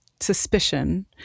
suspicion